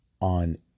on